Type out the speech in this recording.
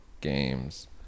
games